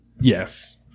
Yes